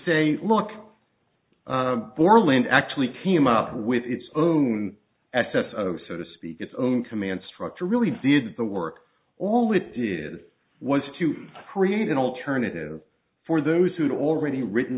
say look borland actually came up with its own at best of so to speak its own command structure really did the work all it did was to create an alternative for those who'd already written